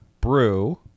brew